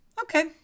Okay